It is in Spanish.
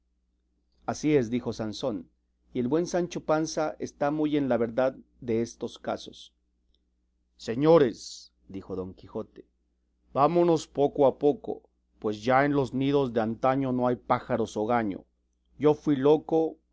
así es dijo sansón y el buen sancho panza está muy en la verdad destos casos señores dijo don quijote vámonos poco a poco pues ya en los nidos de antaño no hay pájaros hogaño yo fui loco